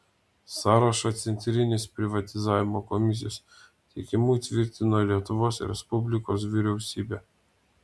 sąrašą centrinės privatizavimo komisijos teikimu tvirtina lietuvos respublikos vyriausybė